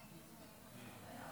תודה,